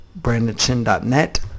brandonchin.net